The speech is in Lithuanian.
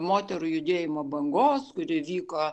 moterų judėjimo bangos kuri vyko